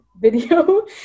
video